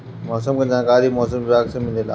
मौसम के जानकारी मौसम विभाग से मिलेला?